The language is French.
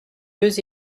deux